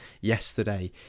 yesterday